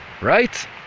right